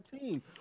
team